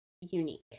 unique